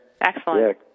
Excellent